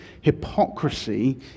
hypocrisy